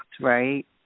right